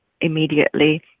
immediately